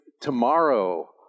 tomorrow